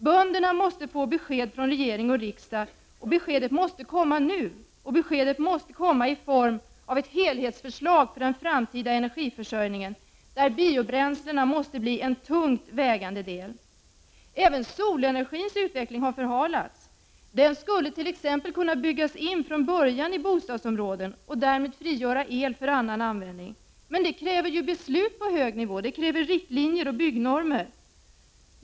Bönderna måste få besked från regering och riksdag, och beskedet måste komma nu. Beskedet måste komma i form av ett helhetsförslag för den framtida energiförsörjningen. Biobränslen måste bli en tungt vägande del. Även solenergins utveckling har förhalats. Den skulle t.ex. kunna byggas in från början i bostadsområden och därmed frigöra el för annan användning. Men det kräver beslut på hög nivå, riktlinjer och byggnormer.